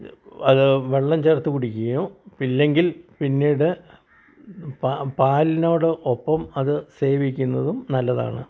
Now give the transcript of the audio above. അത് വെള്ളം ചേർത്ത് കുടിക്കുകയോ ഇല്ലെങ്കിൽ പിന്നീട് പാ പാലിനോട് ഒപ്പം അത് സേവിക്കുന്നതും നല്ലതാണ്